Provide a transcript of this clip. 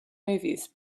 movies